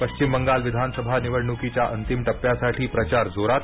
पश्चिम बंगाल विधानसभा निवडणुकीच्या अंतिम टप्प्यासाठी प्रचार जोरात